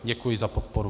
Děkuji za podporu.